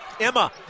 Emma